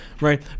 right